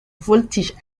voltige